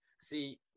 See